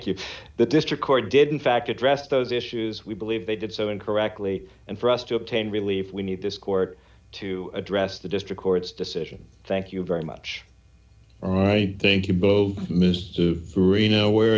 you the district court did in fact address those issues we believe they did so incorrectly and for us to obtain relief we need this court to address the district court's decision thank you very much all right thank you both moves to reno where